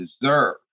deserve